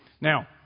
Now